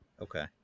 Okay